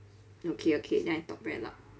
okay okay then I talk very loud